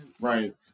right